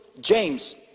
James